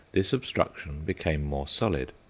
this obstruction became more solid.